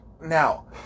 Now